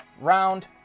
round